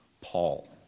Paul